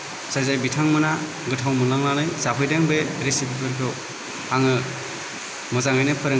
जाय जाय बिथांमोना गोथाव मोनलांनानै जाफैदों बे रेसिपिफोरखौ आङो मोजाङैनो फोरोंगोन